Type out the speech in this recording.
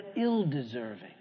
ill-deserving